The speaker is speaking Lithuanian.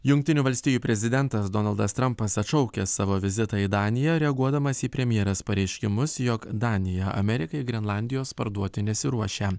jungtinių valstijų prezidentas donaldas trampas atšaukia savo vizitą į daniją reaguodamas į premjerės pareiškimus jog danija amerikai grenlandijos parduoti nesiruošia